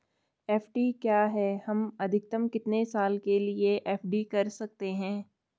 FD क्या है हम अधिकतम कितने साल के लिए एफ.डी कर सकते हैं?